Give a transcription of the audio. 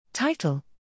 Title